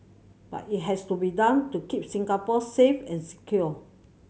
but it has to be done to keep Singapore safe and secure